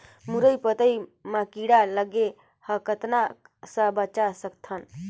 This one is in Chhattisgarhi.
मुरई पतई म कीड़ा लगे ह कतना स बचा सकथन?